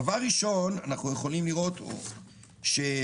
ראשית, אנחנו יכולים לראות, שלפי